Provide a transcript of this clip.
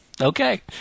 Okay